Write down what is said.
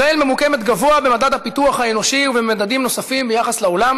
ישראל ממוקמת גבוה במדד הפיתוח האנושי ובמדדים נוספים ביחס לעולם